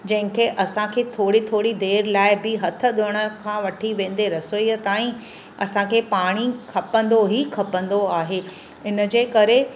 जंहिंखे असांखे थोरी थोरी देरि लाइ बि हथु धोइण खां वठी वेंदे रसोईअ ताईं असांखे पाणी खपंदो ई खपंदो आहे हिनजे करे